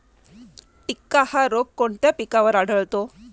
टिक्का हा रोग कोणत्या पिकावर आढळतो?